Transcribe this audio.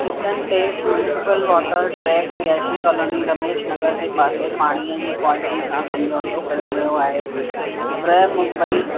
kitchen tap municipal water track रिहाइशी colony Ramesh Nagar जे पासे पाणीअ जी कॉलटी सां सम्झोतो कयो वियो आहे ब्र मुम्बई